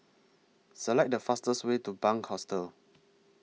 Select The fastest Way to Bunc Hostel